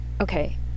Okay